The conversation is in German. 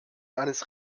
eines